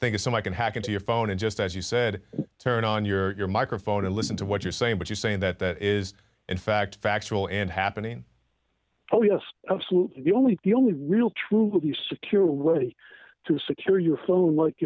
i can hack into your phone and just as you said turn on your your microphone and listen to what you're saying but you're saying that that is in fact factual and happening oh yes absolutely the only the only real truly secure way to secure your phone like